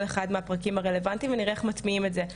אחד מהפרקים הרלוונטיים ונראה איך מטמיעים את זה.